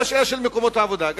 גם לשאלה של מקומות עבודה,